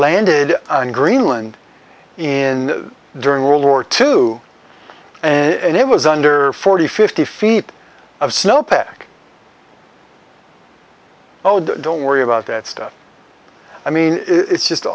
landed in greenland in during world war two and it was under forty fifty feet of snow pack oh don't worry about that stuff i mean it's just